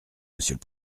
monsieur